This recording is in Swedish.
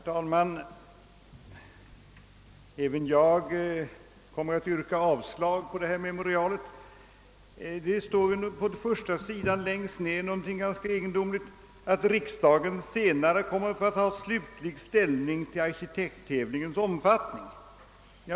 Herr talman! Även jag ber att få yrka avslag på detta memorial. Det står i slutet på utskottets uttalande någonting egendomligt om att riksdagen senare kommer att få ta slutlig ställning till arkitekttävlingens omfattning.